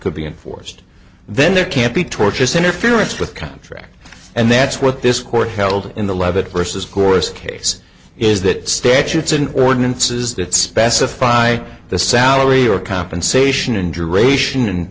could be enforced then there can't be torturous interference with contract and that's what this court held in the leavitt vs chorused case is that statutes and ordinances that specify the salary or compensation and